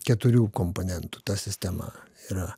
keturių komponentų ta sistema yra